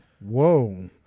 Whoa